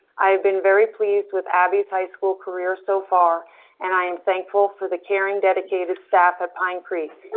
i have been very pleased with abby's high school careers so far and i am thankful for the caring, dedicated staff at pine creek.